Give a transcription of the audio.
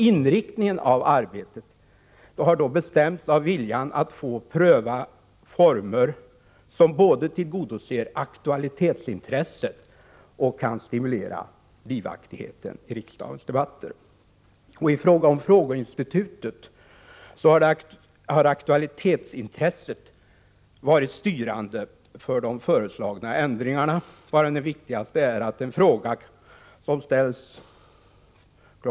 Inriktningen av arbetet har bestämts av viljan att få pröva former, som både tillgodoser aktualitetsintresset och kan stimulera livaktigheten i riksdagens debatter. I fråga om frågeinstitutet har aktualitetsintresset varit styrande för de föreslagna ändringarna, av vilka den viktigaste är att en fråga som ställs före kl.